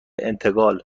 انتقال